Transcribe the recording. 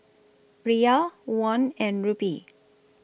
Riyal Won and Rupee